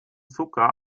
zucker